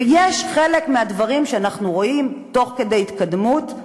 ובחלק מהדברים אנחנו רואים, תוך כדי התקדמות,